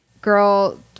girl